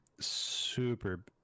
super